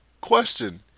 Question